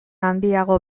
handiago